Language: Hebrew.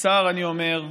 בצער אני אומר,